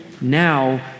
now